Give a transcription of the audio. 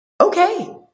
okay